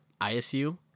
ISU